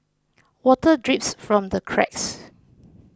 water drips from the cracks